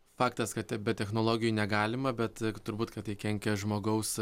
faktas kad be technologijų negalima bet turbūt kad tai kenkia žmogaus